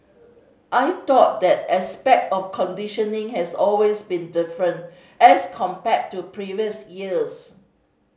I thought the aspect of conditioning has always been different as compared to previous years